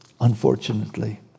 unfortunately